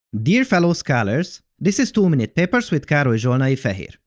dear fellow scholars, this is two minute papers with karoly zsolnai-feher.